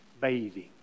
bathing